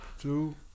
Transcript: two